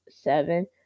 seven